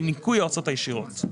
בניכוי ההוצאות הישירות.